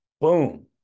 boom